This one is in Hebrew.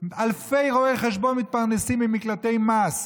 אלפי רואי חשבון מתפרנסים ממקלטי מס.